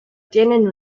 tienen